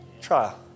Trial